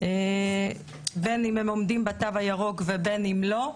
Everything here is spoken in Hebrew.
בין אם הם עומדים בתו הירוק ובין אם לא.